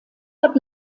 hat